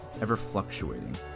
ever-fluctuating